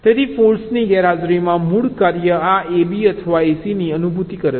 તેથી ફોલ્ટ્ની ગેરહાજરીમાં મૂળ કાર્ય આ ab અથવા ac ની અનુભૂતિ કરે છે